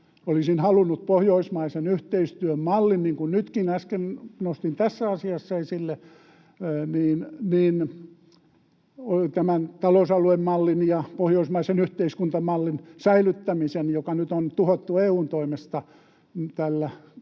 Olisin halunnut pohjoismaisen yhteistyön mallin, niin kuin nytkin äsken nostin tässä asiassa esille, tämän talousaluemallin ja pohjoismaisen yhteiskuntamallin säilyttämisen, joka nyt on tuhottu EU:n toimesta tällä